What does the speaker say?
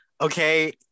Okay